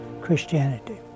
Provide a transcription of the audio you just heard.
Christianity